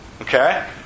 okay